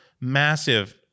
massive